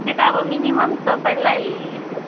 त्यो त अब मिनिमम् तपाईँलाई